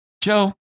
Joe